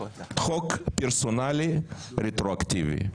חוק פרסונלי רטרואקטיבי.